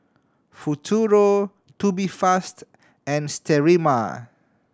Futuro Tubifast and Sterimar